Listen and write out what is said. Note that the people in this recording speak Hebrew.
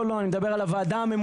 לא, לא, אני מדבר על הוועדה הממונה.